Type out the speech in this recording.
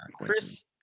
Chris